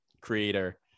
creator